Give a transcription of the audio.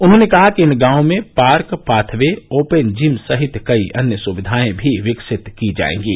उन्होंने कहा कि इन गांवों में park pathway open gym सहित कई अन्य सुकियाएं भी विकसित की जाएंगी